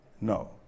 no